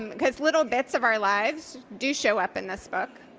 because little bits of our lives do show up in this book.